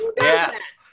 Yes